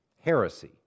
heresy